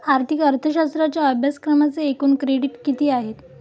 आर्थिक अर्थशास्त्राच्या अभ्यासक्रमाचे एकूण क्रेडिट किती आहेत?